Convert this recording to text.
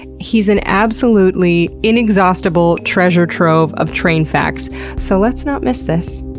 he's an absolutely inexhaustible treasure trove of train facts so let's not miss this!